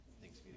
Thanks